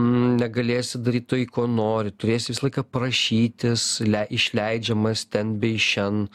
negalėsi daryt tai ko nori turėsi visą laiką prašytis le išleidžiamas ten bei šen